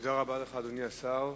תודה רבה לך, אדוני השר.